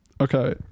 Okay